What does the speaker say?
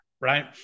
Right